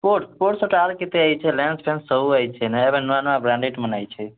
sport ସ୍ପୋର୍ଟ୍ଟା ଆର୍ କେତେ ଆଇଛି ଲ୍ୟାଣ୍ଡସ୍ଫ୍ୟାଣ୍ଡସ୍ ସବୁ ଆଇଛି ନା ଏବେ ନୂଆ ନୂଆ ବ୍ରାଣ୍ଡେଡ଼୍ମାନେ ଆଇଛେ